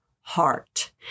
heart